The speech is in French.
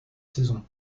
saison